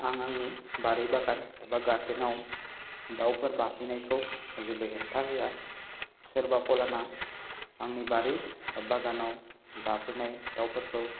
आं आंनि बारि बागान एबा गार्डेनाव दावफोर बाफैनायखौ जेबो हेंथा होआ सोरबा फलाना आंनि बारि बा बागानाव बाफैनाय दावफोरखौ